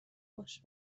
باش